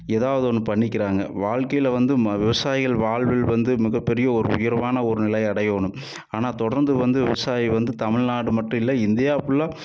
எதாவது ஒன்று பண்ணிக்கிறாங்க வாழ்க்கையில் வந்து ம விவசாயிகள் வாழ்வில் வந்து மிகப்பெரிய ஒரு உயர்வான ஒரு நிலையை அடைய வேணும் ஆனால் தொடர்ந்து வந்து விவசாயி வந்து தமிழ்நாடு மட்டும் இல்லை இந்தியா ஃபுல்லாக